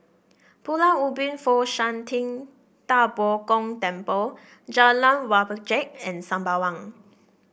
Pulau Ubin Fo Shan Ting Da Bo Gong Temple Jalan Wajek and Sembawang